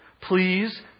please